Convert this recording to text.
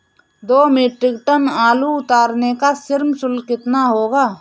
दो metric ton आलू उतारने का श्रम शुल्क कितना होगा?